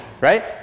Right